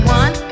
one